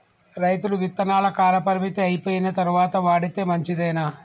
రైతులు విత్తనాల కాలపరిమితి అయిపోయిన తరువాత వాడితే మంచిదేనా?